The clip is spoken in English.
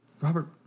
Robert